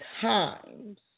times